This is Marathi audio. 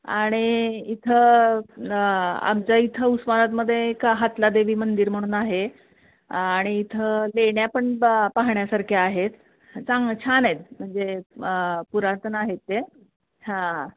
आणि इथं आमच्या इथं उस्मानाबादमध्ये एक हातला देवी मंदिर म्हणून आहे आणि इथं लेण्या पण पा पाहण्यासारख्या आहेत चांग छान आहेत म्हणजे पुरातन आहेत ते हां